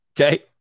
Okay